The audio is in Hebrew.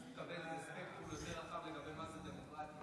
אז נקבל איזה ספקטרום יותר רחב לגבי מה זה דמוקרטיה.